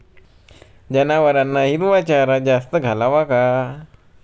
जनावरांना हिरवा चारा जास्त घालावा का?